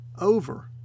over